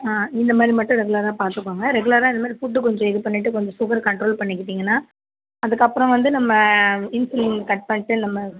இந்த மாதிரி மட்டும் ரெகுலராக பார்த்துக்கோங்க ரெகுலராக இந்த மாதிரி ஃபுட் கொஞ்சம் இது பண்ணிவிட்டு கொஞ்சம் சுகர் கன்ட்ரோல் பண்ணிக்கிட்டீங்கனால் அதுக்கப்புறம் வந்து நம்ம இன்சுலின் கட் பண்ணிட்டு நம்ம